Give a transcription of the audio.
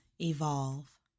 evolve